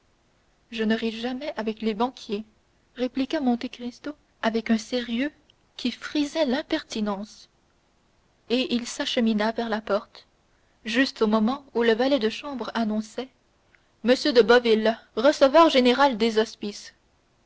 je ne ris jamais avec les banquiers répliqua monte cristo avec un sérieux qui frisait l'impertinence et il s'achemina vers la porte juste au moment où le valet de chambre annonçait m de boville receveur général des hospices